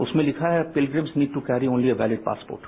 उसमें लिखा है कि pilgrims need to carry only a valid passport